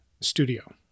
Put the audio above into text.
studio